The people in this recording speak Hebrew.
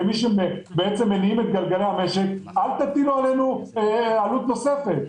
כמי שבעצם מניעים את גלגלי המשק: אל תטילו עלינו עלות נוספת.